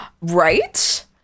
Right